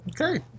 okay